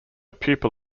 pupil